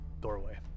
doorway